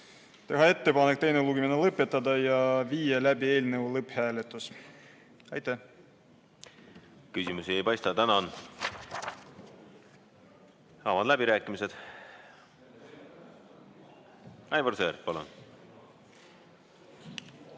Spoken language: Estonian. teha ettepanek teine lugemine lõpetada ja viia läbi eelnõu lõpphääletus. Aitäh!